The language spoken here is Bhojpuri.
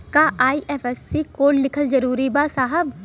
का आई.एफ.एस.सी कोड लिखल जरूरी बा साहब?